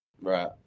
Right